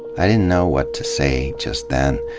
i didn't know what to say just then,